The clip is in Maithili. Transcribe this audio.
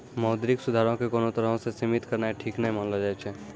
मौद्रिक सुधारो के कोनो तरहो से सीमित करनाय ठीक नै मानलो जाय छै